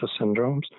syndromes